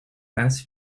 vaas